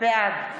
בעד